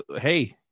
hey